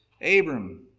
Abram